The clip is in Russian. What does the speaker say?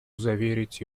заверить